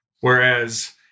Whereas